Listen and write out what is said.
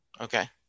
Okay